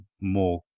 more